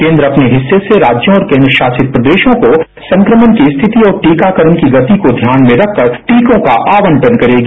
केन्द्र अपने हिस्से से राज्यों और केन्द्र शासित प्रदेशों को संक्रमण की स्थाति और टीकाकरण की गति को ध्यान में रखकर टीकों का आवंटन करेगी